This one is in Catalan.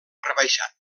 rebaixat